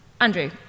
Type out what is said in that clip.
Andrew